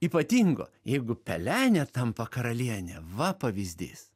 ypatingo jeigu pelenė tampa karaliene va pavyzdys